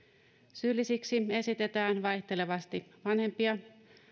syyllisiksi esitetään vaihtelevasti vanhempia